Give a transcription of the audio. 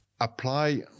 apply